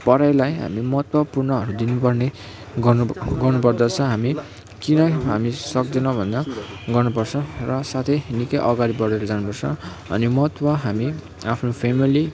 पढाइलाई हामी महत्त्वपुर्णहरू दिनु पर्ने गर्नु प गर्नु पर्दस हामी किन हामी सक्दैनौँ भन्दा गर्नु पर्छ र साथै निकै अगाडि बढेर जानु पर्छ अनि महत्त्व हामी आफ्नो फेमिली